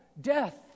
death